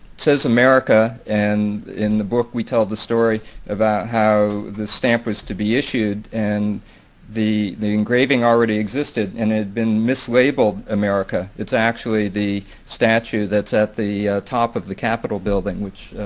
says, america, and in the book we tell the story about how the stamp was to be issued and the the engraving already existed and had been mislabeled, america. it's actually the statue that's at the top of the capitol building which,